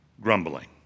grumbling